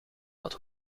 wat